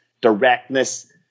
directness